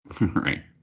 Right